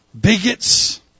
Bigots